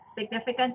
significant